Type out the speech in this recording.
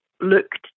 looked